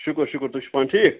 شُکُر شُکُر تُہۍ چھُو پانہٕ ٹھیٖک